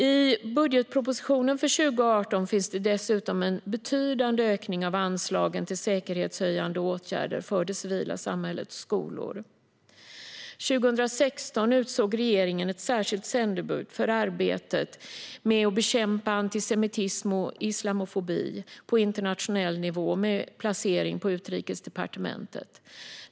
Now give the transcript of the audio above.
I budgetpropositionen för 2018 finns det dessutom en betydande ökning av anslagen till säkerhetshöjande åtgärder för det civila samhället och skolor. År 2016 utsåg regeringen ett särskilt sändebud för arbetet med att bekämpa antisemitism och islamofobi på internationell nivå med placering på Utrikesdepartementet.